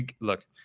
look